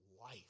life